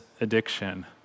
addiction